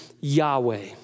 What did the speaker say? Yahweh